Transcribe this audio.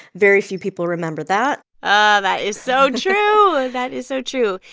very few people remember that ah that is so true. that is so true.